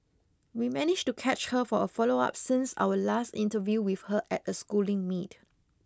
we managed to catch her for a follow up since our last interview with her at a Schooling meet